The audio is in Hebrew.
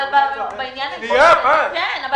אבל בעניין הזה כן.